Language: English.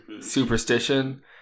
Superstition